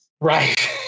Right